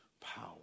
power